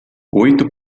oito